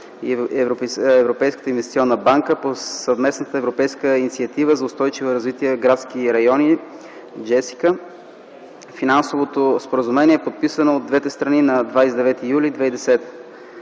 и Европейската инвестиционна банка по Съвместната европейска инициатива за устойчиви инициативи в градските райони (JESSICA). Финансовото споразумение е подписано от двете страни на 29 юли 2010